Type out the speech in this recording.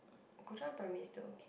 Kuo Chuan primary still okay